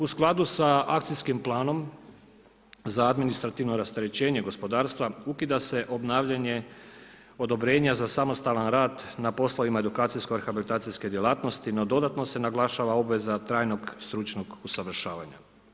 U skladu sa akcijskim planom za administrativno rasterećenje gospodarstva ukida se obnavljanje odobrenja za samostalan rad na poslovima edukacijsko rehabilitacijske djelatnosti, no dodatno se naglašava obveza trajnog stručnog usavršavanja.